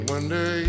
wonder